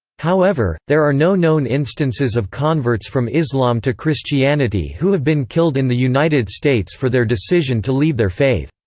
however, there are no known instances of converts from islam to christianity who have been killed in the united states for their decision to leave their faith.